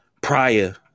prior